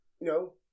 No